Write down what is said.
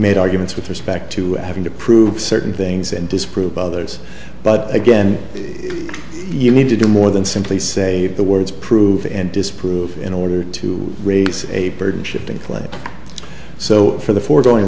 made arguments with respect to having to prove certain things and disprove others but again you need to do more than simply say the words prove and disprove in order to raise a burden shifting claim so for the foregoing